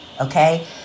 Okay